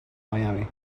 miami